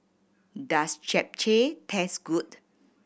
does Japchae taste good